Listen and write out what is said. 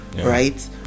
right